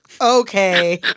Okay